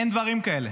אין דברים כאלה.